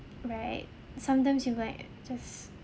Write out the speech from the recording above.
right sometimes you might just